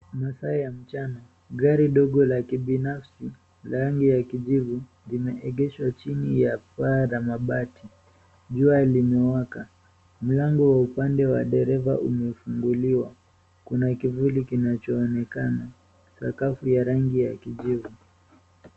Masaa ya mchana, gari ndogo ya kibinafsi, rangi ya kijivu limeegeshwa chini ya paa la mabati. Jua limeweka. Mlango wa upande wa dereva umefunguliwa. Kuna kivuli kinachoonekana. Sakafu ya rangi ya kijivu.